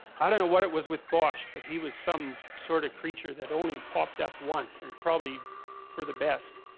don't know what it was with bosch but he, was some sort of creature that only popped up once and probably for the best